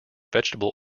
vegetable